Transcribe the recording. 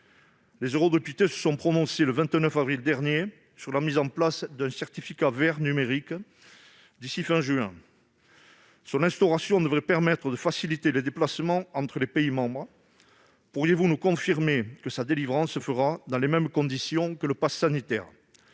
les eurodéputés se sont prononcés, le 29 avril dernier, sur la mise en place d'un certificat vert numérique d'ici à la fin du mois de juin. Son instauration devrait permettre de faciliter les déplacements entre les pays membres. Pourriez-vous nous confirmer que sa délivrance se fera dans les mêmes conditions que le pass sanitaire ?